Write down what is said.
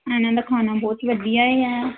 ਇਹਨਾਂ ਦਾ ਖਾਣਾ ਬਹੁਤ ਵਧੀਆ ਆ